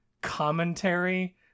commentary